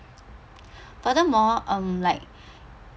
furthermore um like